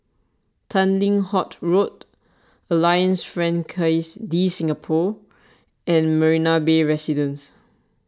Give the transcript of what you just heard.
Tanglin Halt Road Alliance Francaise De Singapour and Marina Bay Residences